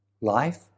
life